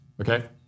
okay